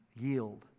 yield